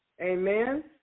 Amen